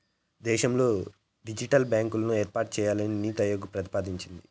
దేశంలో డిజిటల్ బ్యాంకులను ఏర్పాటు చేయాలని నీతి ఆయోగ్ ప్రతిపాదించింది